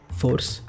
force